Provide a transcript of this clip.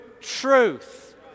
truth